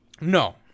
No